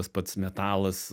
pats metalas